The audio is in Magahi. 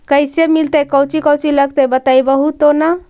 कैसे मिलतय कौची कौची लगतय बतैबहू तो न?